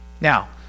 Now